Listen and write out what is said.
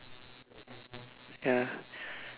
ya